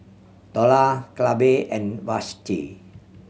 Dorla Clabe and Vashti